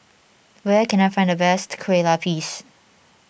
where can I find the best Kue Lupis